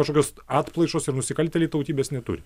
kažkokios atplaišos ir nusikaltėliai tautybės neturi